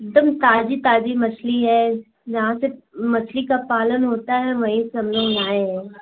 एकदम ताजी ताजी मछली है जहाँ से मछली का पालन होता है वहीं से हम लोग लाए हैं